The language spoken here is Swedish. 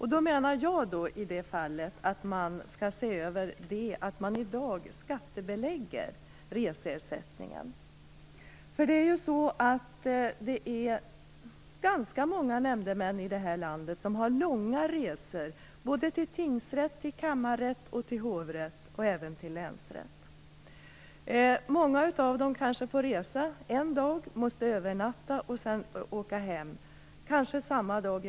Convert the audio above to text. I det fallet menar jag att man skall se över det faktum att reseersättningen i dag skattebeläggs. Det är ganska många nämndemän i det här landet som har långa resor till tingsrätten, kammarrätten, hovrätten och länsrätten. Många av dem får kanske resa den ena dagen, övernatta och resa hem, i bästa fall, nästa dag.